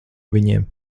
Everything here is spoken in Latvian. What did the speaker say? viņiem